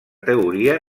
teoria